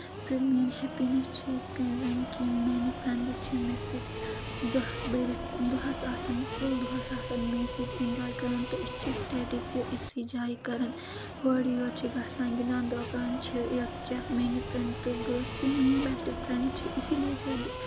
تہٕ میٛٲنۍ ہیٚپِنٮ۪س چھِ یِتھۍ کٔنۍ زَن کہِ میانہِ فرٛؠنٛڈٕ چھِ مےٚ سۭتۍ دۄہ بٔرِتھ دۄہَس آسان فُل دۄہَس آسان مے سۭتۍ ایٚنجاے کَران تہٕ أسۍ چھِ سٹیڈی تہِ أکسی جاے کَران ہورٕ یورٕ چھِ گژھان گِنٛدان درٛوکان چھِ یَکچاہ میانہِ فرٛؠنٛڈ تہٕ بہٕ تہٕ میٲنۍ بیٚسٹ فرٛؠنٛڈ چھِ اِسی لیے چھَس بہٕ